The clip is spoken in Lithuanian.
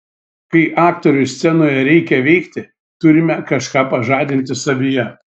kai aktoriui scenoje reikia veikti turime kažką pažadinti savyje